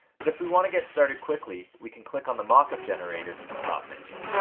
but if we want to get started quickly, we can click on the mockup generator from the top menu.